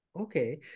Okay